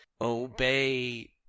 obey